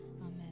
Amen